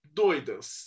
doidas